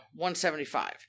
$175